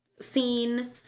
scene